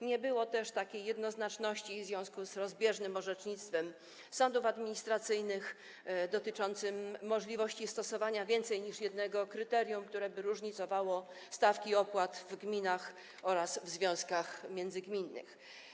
Nie było też takiej jednoznaczności w związku z rozbieżnym orzecznictwem sądów administracyjnych dotyczącym możliwości stosowania więcej niż jednego kryterium, które by różnicowało stawki opłat w gminach oraz w związkach międzygminnych.